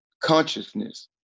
consciousness